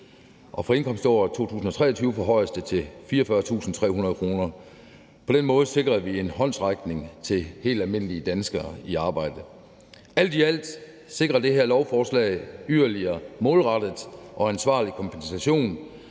og for indkomståret 2023 forhøjes det til 44.300 kr. På den måde sikrer vi en håndsrækning til helt almindelige danskere i arbejde. Alt i alt sikrer det her lovforslag yderligere målrettet og ansvarlig kompensation